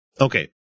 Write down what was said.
okay